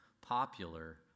popular